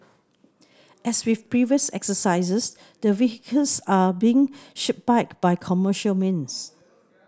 as with previous exercises the vehicles are being shipped back by commercial means